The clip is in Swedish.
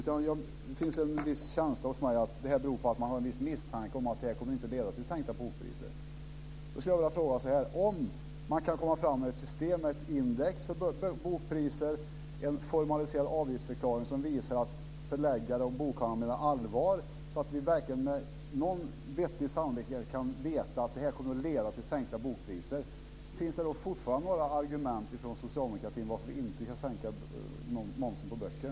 Det finns en känsla hos mig att det beror på att de har en viss misstanke om att det inte kommer att leda till sänkta bokpriser. Om man kan komma fram till ett system med index för bokpriser, en formaliserad avgiftsförklaring som visar att förläggare och bokhandlare menar allvar, så att vi med någon vettig sannolikhet kan veta att det kommer att leda till sänkta bokpriser, finns det då fortfarande några argument från socialdemokraterna till varför vi inte ska sänka momsen på böcker?